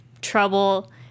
trouble